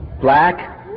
black